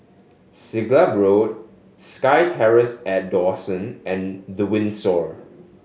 Siglap Road SkyTerrace at Dawson and The Windsor